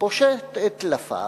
ופושט את טלפיו